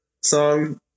song